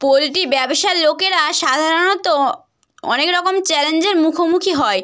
poultry ব্যবসার লোকেরা সাধারণত অনেক রকম চ্যালেঞ্জের মুখোমুখি হয়